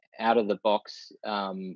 out-of-the-box